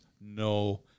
no